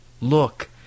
Look